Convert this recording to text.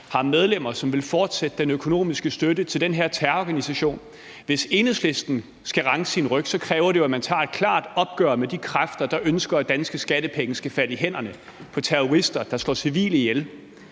har medlemmer, som vil fortsætte den økonomiske støtte til den her terrororganisation? Hvis Enhedslisten skal ranke sin ryg, kræver det jo, at man tager et klart opgør med de kræfter, der ønsker, at danske skattepenge skal falde i hænderne på terrorister, der slår civile ihjel.